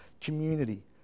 Community